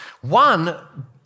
One